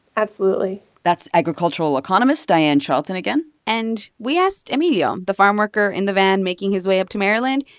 absolutely that's agricultural economist diane charlton again and we asked emilio, the farmworker in the van making his way up to maryland,